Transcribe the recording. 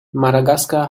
madagaskar